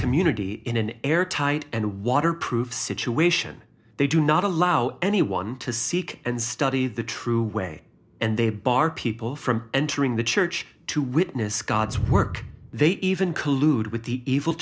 community in an air tight and water proof situation they do not allow anyone to seek and study the true way and they bar people from entering the church to witness god's work they even collude with the evil